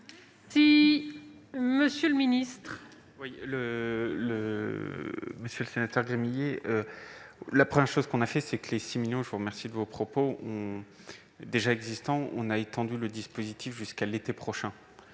monsieur le ministre,